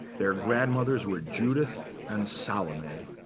their grandmothers were judith and salome,